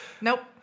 nope